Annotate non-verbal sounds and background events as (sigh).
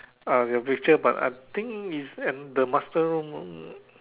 ah in future but I think it's in the master room (noise)